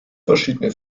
verschiedene